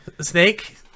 Snake